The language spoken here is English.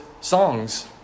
songs